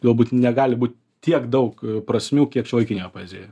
galbūt negali būt tiek daug prasmių kiek šiuolaikinėje poezijoje